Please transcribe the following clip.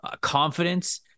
confidence